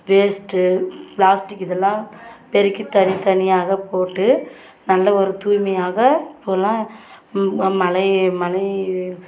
waste plastic இதெல்லாம் பெருக்கி தனித்தனியாக போட்டு நல்ல ஒரு தூய்மையாக இப்போலாம் மலையை மலை